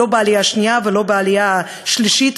לא בעלייה השנייה ולא בעלייה השלישית,